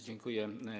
Dziękuję.